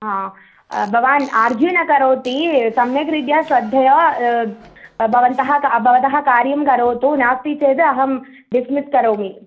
हा भवान् आर्ग्यु न करोति सम्यग्रीत्या श्रद्धया भवन्तः भवतः कार्यं करोतु नास्ति चेद् अहं डिस्मिस् करोमि